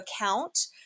account